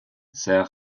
ses